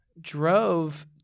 drove